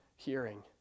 hearing